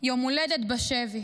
יום הולדת בשבי